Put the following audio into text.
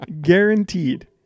Guaranteed